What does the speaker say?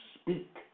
speak